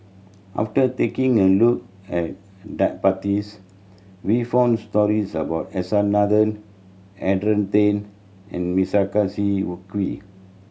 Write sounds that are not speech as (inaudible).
after taking a look at database we found stories about S R Nathan Adrian Tan and Melissa (unintelligible) Kwee